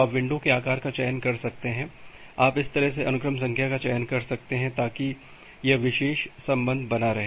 तो आप विंडो के आकार का चयन कर सकते हैं आप इस तरह से अनुक्रम संख्या का चयन कर सकते हैं ताकि यह विशेष संबंध बना रहे